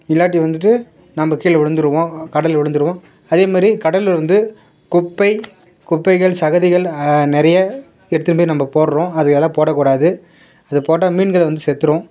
இல்லாட்டி வந்துட்டு நம்ம கீழே விழுந்துருவோம் கடலில் விழுந்துருவோம் அதேமாதிரி கடலில் வந்து குப்பை குப்பைகள் சகதிகள் நிறைய எடுத்துன்னு போய் நம்ம போடுகிறோம் அதையெல்லாம் போடக்கூடாது அது போட்டால் மீன்கள் வந்து செத்துடும்